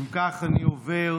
אם כך, אני עובר